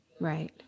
Right